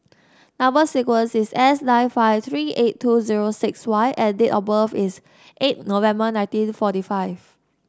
number sequence is S nine five three eight two zero six Y and date of birth is eight November nineteen forty five